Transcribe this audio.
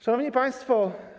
Szanowni Państwo!